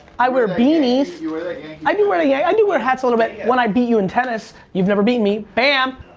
i wear beanies. you wear that i mean yankees. yeah i do wear hats a little bit when i beat you in tennis. you've never beaten me, bam.